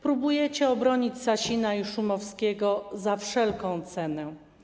Próbujecie obronić Sasina i Szumowskiego za wszelką cenę.